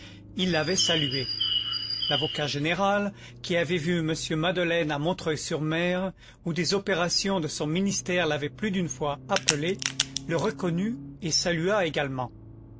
il l'avait salué l'avocat général qui avait vu m madeleine à montreuil sur mer où des opérations de son ministère l'avaient plus d'une fois appelé le reconnut et salua également